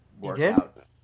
workout